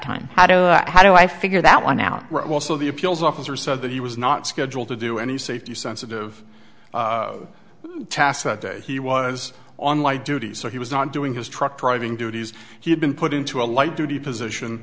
time how do i figure that one out also the appeals officer said that he was not scheduled to do any safety sensitive task that day he was on light duty so he was not doing his truck driving duties he had been put into a light duty position